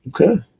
Okay